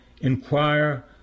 inquire